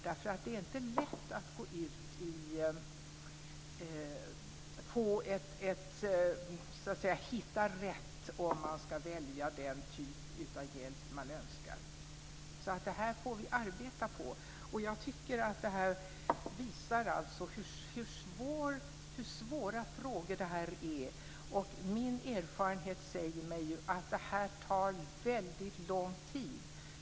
Det är inte lätt att hitta rätt när man ska välja den typ av hjälp som man önskar. Det här är något som vi får arbeta på. Jag tycker att detta visar på hur svåra frågor det här är. Min erfarenhet säger mig att detta tar väldigt lång tid.